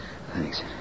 Thanks